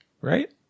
right